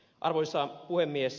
arvoisa puhemies